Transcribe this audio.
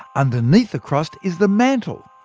underneath the crust is the mantle.